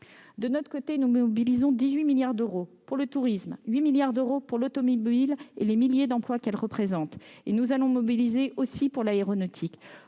De notre côté, nous mobilisons 18 milliards d'euros pour le tourisme, 8 milliards d'euros pour l'automobile et les milliers d'emplois qu'elle représente. Nous nous battons aussi pour le secteur aéronautique,